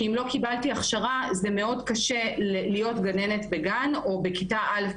כי אם לא קיבלתי הכשרה זה מאוד קשה להיות גננת בגן או בכיתה א',